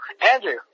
Andrew